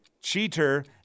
cheater